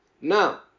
Now